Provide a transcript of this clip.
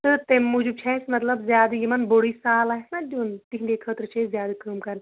تہٕ تمہِ موٗجوٗب چھِ اسہِ مطلب زیادٕ یِمن بوٚڑٕے سال آسہِ نَہ دیُن تِہنٛدے خٲطرٕ چھِ أسۍ زیادٕ کٲم کَران